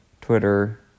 Twitter